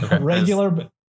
regular